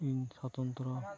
ᱤᱧ ᱥᱚᱛᱚᱱᱛᱨᱚ